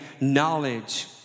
knowledge